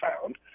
found